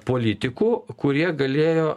politikų kurie galėjo